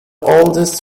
oldest